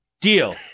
Deal